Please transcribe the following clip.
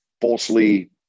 falsely